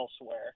elsewhere